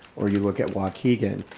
or you look at waukegan,